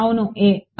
అవును a